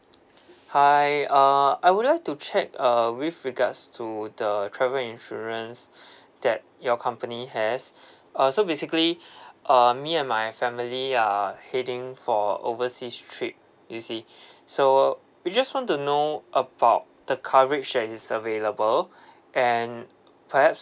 hi uh I would like to check uh with regards to the travel insurance that your company has uh so basically uh me and my family are heading for overseas trip you see so we just want to know about the coverage that is available and perhaps